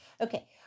Okay